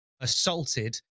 assaulted